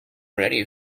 ready